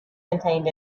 contained